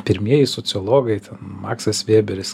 pirmieji sociologai maksas vėberis